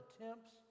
attempts